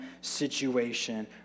situation